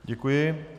Děkuji.